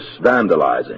vandalizing